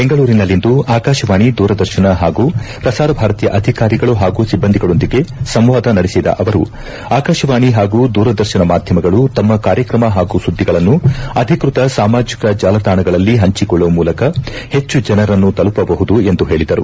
ಬೆಂಗಳೂರಿನಲ್ಲಿಂದು ಆಕಾಶವಾಣಿ ದೂರದರ್ಶನ ಹಾಗೂ ಪ್ರಸಾರ ಭಾರತಿಯ ಅಧಿಕಾರಿಗಳು ಹಾಗೂ ಸಿಬ್ಲಂದಿಗಳೊಂದಿಗೆ ಸಂವಾದ ನಡೆಸಿದ ಅವರು ಆಕಾಶವಾಣಿ ಹಾಗೂ ದೂರದರ್ಶನ ಮಾಧ್ಯಮಗಳು ತಮ್ಮ ಕಾರ್ಯಕ್ರಮ ಹಾಗೂ ಸುದ್ದಿಗಳನ್ನು ಅಧಿಕೃತ ಸಾಮಾಜಿಕ ಜಾಲತಾಣಗಳಲ್ಲಿ ಹಂಚಿಕೊಳ್ಳುವ ಮೂಲಕ ಹೆಚ್ಚು ಜನರನ್ನು ತಲುಪಬಹುದು ಎಂದು ಹೇಳಿದರು